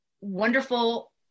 wonderful